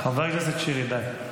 חבר הכנסת שירי, די.